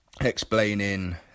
explaining